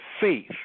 faith